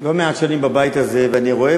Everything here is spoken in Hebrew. לא מעט שנים בבית הזה, ואני רואה